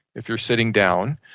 if you're sitting down,